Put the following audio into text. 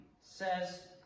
says